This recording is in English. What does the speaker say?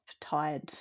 tired